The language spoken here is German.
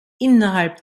innerhalb